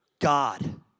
God